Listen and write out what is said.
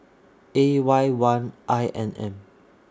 A Y one I N M